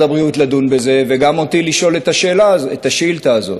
הבריאות לדון בזה וגם אותי לשאול את השאילתה הזאת.